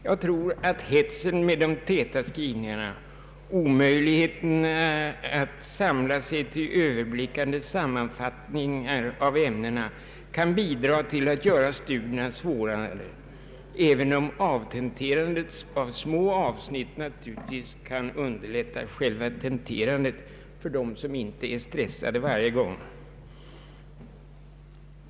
Jag tror att hetsen med de täta skrivningarna, omöjligheten att samla sig till överblickande sammanfattningar av ämnena, kan bidra till att göra studierna svårare, även om avtenterandet av små avsnitt naturligtvis underlättar själva tenterandet för dem som inte är stressade varje gång.